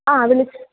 ആ അതിൽ